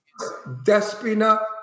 Despina